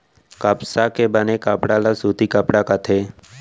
कपसा के बने कपड़ा ल सूती कपड़ा कथें